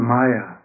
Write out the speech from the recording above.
Maya